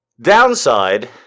Downside